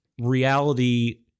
reality